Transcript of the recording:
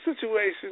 situation